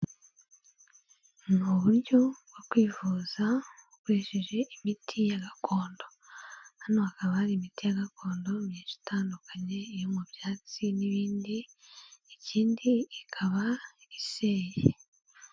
Ni uburyo bwo kwivuza ukoresheje imiti ya gakondo, hano hakaba hari imiti ya gakondo myinshi itandukanye, iyo mu byatsi n'ibindi ikindi ikaba iseye.